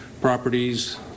properties